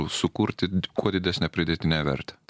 sukurti kuo didesnę pridėtinę vertę